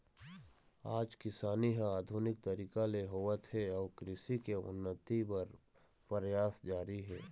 आज किसानी ह आधुनिक तरीका ले होवत हे अउ कृषि के उन्नति बर परयास जारी हे